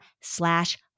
slash